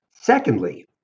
Secondly